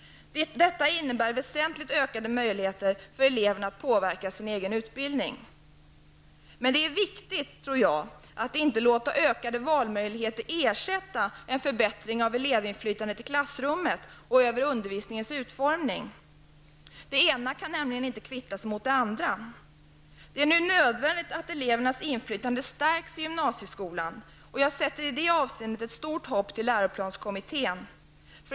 Detta innebär väsentligt ökade möjligheter för eleverna att påverka sin egen utbildning. Men det är viktigt, tror jag, att inte låta ökade valmöjligheter ersätta en förbättring av elevinflytandet i klassrummet och över undervisningens utformning. Det egna kan nämligen inte kvittas mot det andra. Det är nu nödvändigt att elevernas inflytande stärks i gymnasieskolan, och jag sätter i det avseende ett stort hopp till läroplanskommittén.